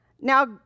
Now